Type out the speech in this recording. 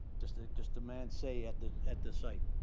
just ah just a man's say at the at the site.